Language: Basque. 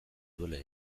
duela